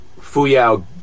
Fuyao